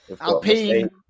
Alpine